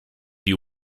you